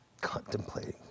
contemplating